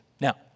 Now